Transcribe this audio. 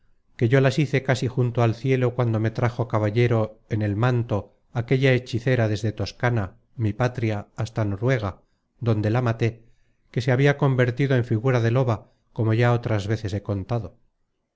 que yo las hice casi junto al cielo cuando me trajo caballero en el manto aquella hechicera desde toscana mi patria hasta noruega donde la maté que se habia convertido en figura de loba como ya otras veces he contado